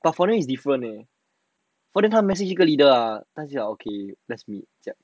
but for them is different eh 他 message 那个 leader ah 他就讲 okay let's meet 这样